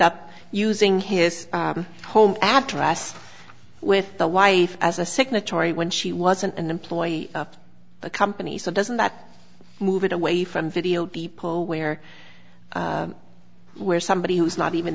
up using his home address with the wife as a signatory when she wasn't an employee of the company so doesn't that move it away from video depot where where somebody who's not even